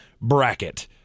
Bracket